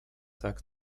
tak